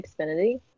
Xfinity